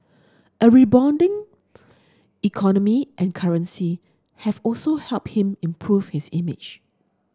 a rebounding economy and currency have also helped him improve his image